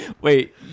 Wait